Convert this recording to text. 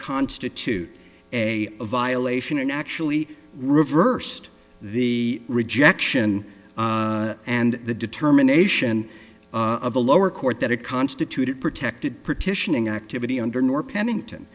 constitute a violation and actually reversed the rejection and the determination of the lower court that it constituted protected partitioning activity under nor pennington